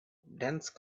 dense